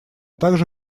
также